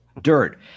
dirt